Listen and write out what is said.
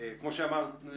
כמו שנאמר בדוח,